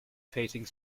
facing